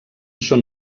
són